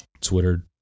Twitter